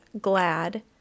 glad